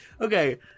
Okay